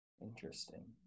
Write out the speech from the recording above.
Interesting